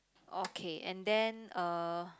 okay and then uh